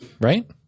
right